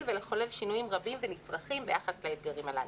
ולחולל שינויים רבים ונצרכים ביחס לאתגרים הללו.